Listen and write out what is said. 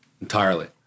entirely